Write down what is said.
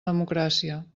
democràcia